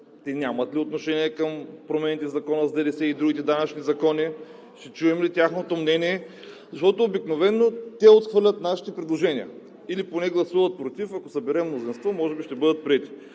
Те нямат ли отношение към промените в Закона за ДДС и другите данъчни закони? Ще чуем ли тяхното мнение? Защото обикновено те отхвърлят нашите предложения, или поне гласуват „против“, а ако съберем мнозинство, може би ще бъдат приети.